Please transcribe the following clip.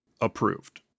Approved